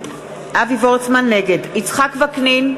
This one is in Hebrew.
נגד יצחק וקנין,